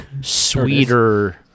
sweeter